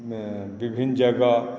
विभिन्न जगह